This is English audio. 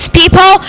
people